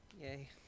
Yay